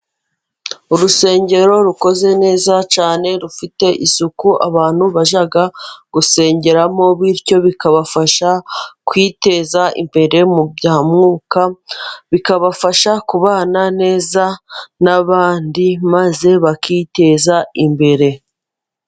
Urusengero rukoze neza cyane, rufite isuku, abantu bajya gusengeramo, bityo bikabafasha kwiteza imbere mu bya mwuka, bikabafasha kubana neza n'abandi, maze bakiteza imbere.